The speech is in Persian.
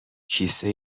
کیسه